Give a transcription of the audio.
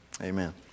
amen